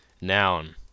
Noun